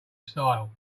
style